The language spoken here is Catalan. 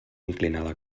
inclinada